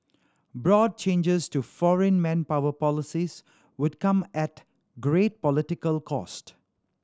broad changes to foreign manpower policies would come at great political cost